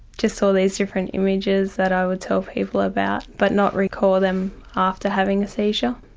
just all these different images that i would tell people about but not recall them after having a seizure.